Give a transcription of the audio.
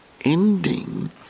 ending